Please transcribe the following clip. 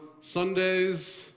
Sundays